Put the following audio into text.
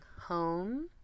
home